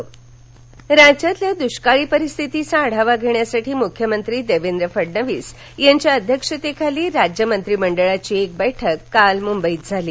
मंत्रिमंडळ बैठक राज्यातल्या दुष्काळी परिस्थितीचा आढावा घेण्यासाठी मुख्यमंत्री देवेंद्र फडणवीस यांच्या अध्यक्षतेखाली राज्य मंत्रिमंडळाची बैठक काल मुंबईत झाली